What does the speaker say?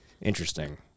interesting